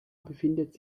befindet